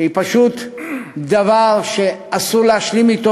שהיא פשוט דבר שאסור להשלים אתו,